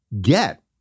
get